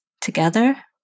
together